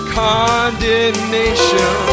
condemnation